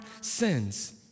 sins